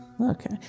Okay